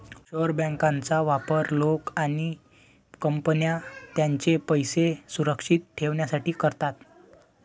offshore बँकांचा वापर लोक आणि कंपन्या त्यांचे पैसे सुरक्षित ठेवण्यासाठी करतात